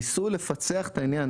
ניסו לפצח את העניין,